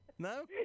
No